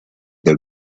the